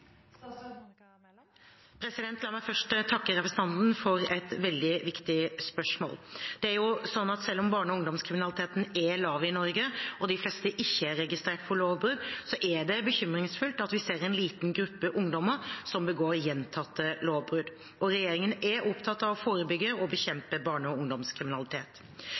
La meg først takke representanten for et veldig viktig spørsmål. Selv om barne- og ungdomskriminaliteten er lav i Norge og de fleste ikke er registrert for lovbrudd, er det bekymringsfullt at vi ser en liten gruppe ungdommer som begår gjentatte lovbrudd. Regjeringen er opptatt av å forebygge og bekjempe barne- og ungdomskriminalitet.